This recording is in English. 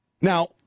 Now